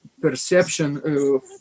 Perception